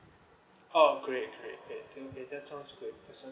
oh great great great I think that just sounds good that sounds